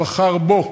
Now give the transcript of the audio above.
בחר בו,